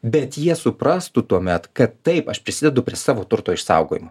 bet jie suprastų tuomet kad taip aš prisidedu prie savo turto išsaugojimo